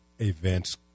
events